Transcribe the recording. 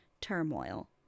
turmoil